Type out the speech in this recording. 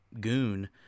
goon